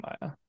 Maya